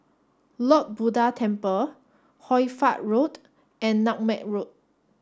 Lord Buddha Temple Hoy Fatt Road and Nutmeg Road